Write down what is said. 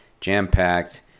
jam-packed